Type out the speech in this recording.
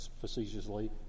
facetiously